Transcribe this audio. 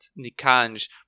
Nikanj